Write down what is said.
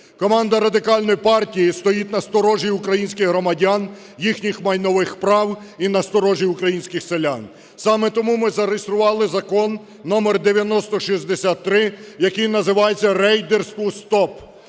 Команда Радикальної партії стоїть насторожі українських громадян, їхніх майнових прав і насторожі українських селян. Саме тому ми зареєстрували Закон (№9063), який називається "Рейдерству стоп".